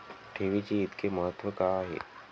ठेवीचे इतके महत्व का आहे?